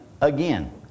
again